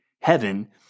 heaven